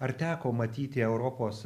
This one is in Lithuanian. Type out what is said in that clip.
ar teko matyti europos